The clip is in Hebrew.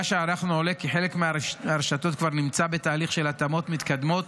מבדיקה שערכנו עולה כי חלק מהרשתות כבר נמצא בתהליך של התאמות מתקדמות